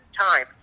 time